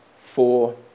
four